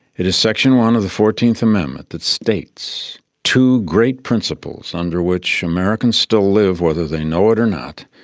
it is section one of the fourteenth amendment that states two great principles under which americans still live, whether they know it or not,